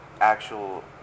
actual